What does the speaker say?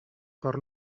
cor